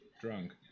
drunk